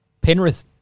Penrith